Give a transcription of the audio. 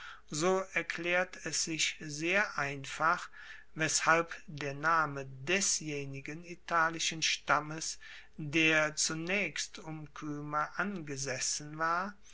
so erklaert es sich sehr einfach weshalb der name desjenigen italischen stammes der zunaechst um kyme angesessen war